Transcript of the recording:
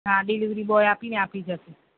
હા delivery boy આપીને આપી જશે